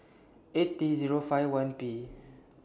eight T Zero five one P